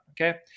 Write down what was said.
okay